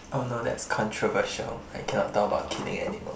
oh no that's controversial I cannot talk about killing animal